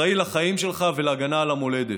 אחראי לחיים שלך ולהגנה על המולדת.